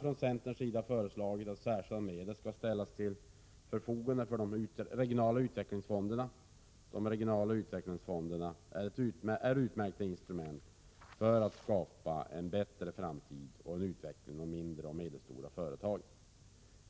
Från centerns sida har vi bl.a. föreslagit att särskilda medel skall ställas till förfogande för de regionala utvecklingsfonderna. De regionala utvecklingsfonderna är utmärkta instrument när det gäller att skapa en bättre framtid och åstadkomma en utveckling av de mindre och medelstora företagen.